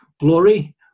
glory